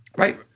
right,